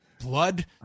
Blood